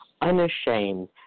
unashamed